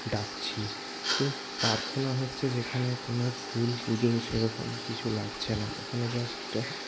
ডাকছি তো প্রার্থনা হচ্ছে যেখানে কোনো ফুল পুজো সেরকম কিছু লাগছে না ওখানে জাস্ট